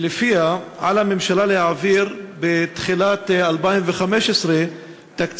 ולפיה על הממשלה להעביר בתחילת 2015 תקציב